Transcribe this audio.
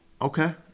Okay